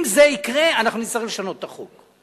אם זה יקרה, אנחנו נצטרך לשנות את החוק.